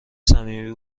صمیمی